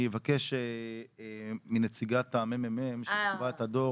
אני אבקש מנציגת הממ"מ שחיברה את הדוח,